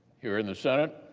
here in the senate,